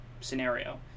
scenario